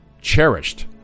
cherished